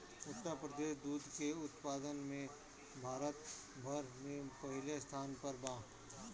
उत्तर प्रदेश दूध के उत्पादन में भारत भर में पहिले स्थान पर बा